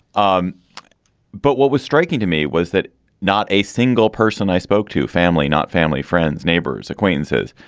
um but what was striking to me was that not a single person i spoke to, family, not family, friends, neighbors, acquaintances,